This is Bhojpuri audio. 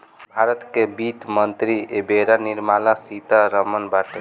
भारत के वित्त मंत्री एबेरा निर्मला सीता रमण बाटी